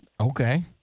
Okay